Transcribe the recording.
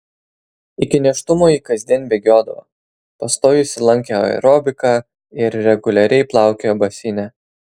iki nėštumo ji kasdien bėgiodavo pastojusi lankė aerobiką ir reguliariai plaukiojo baseine